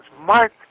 Mark